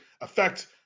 affect